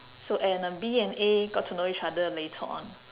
so and uh B and A got to know each other later on